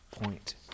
point